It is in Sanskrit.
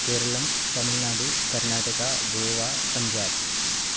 केरलम् तमिल्नाडु कर्णाटका गोवा पञ्जाब्